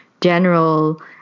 general